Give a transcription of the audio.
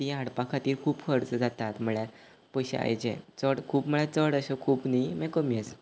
तीं हाडपा खाती खूब खर्च जातात म्हळ्ळ्या पयशा हेजे चड खूब म्हळ्या चड अशें खूब न्ही माय कमी अस